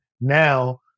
now